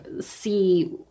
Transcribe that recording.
see